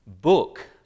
book